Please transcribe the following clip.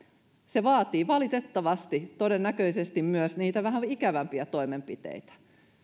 se vaatii valitettavasti todennäköisesti myös niitä vähän ikävämpiä toimenpiteitä